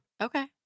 Okay